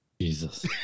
Jesus